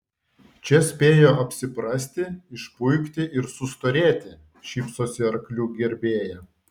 čia spėjo apsiprasti išpuikti ir sustorėti šypsosi arklių gerbėja